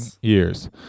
years